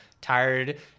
tired